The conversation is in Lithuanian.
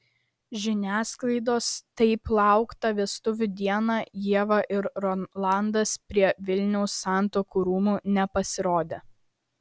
žiniasklaidos taip lauktą vestuvių dieną ieva ir rolandas prie vilniaus santuokų rūmų nepasirodė